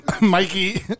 Mikey